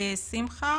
שמחה